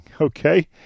okay